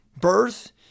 birth